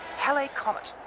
halley comet,